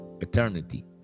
eternity